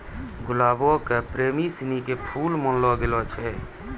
गुलाबो के प्रेमी सिनी के फुल मानलो गेलो छै